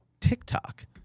TikTok